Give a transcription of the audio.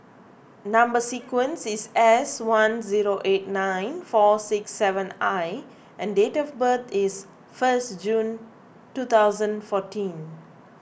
Number Sequence is S one zero eight nine four six seven I and date of birth is first June two thousand fourteen